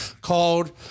called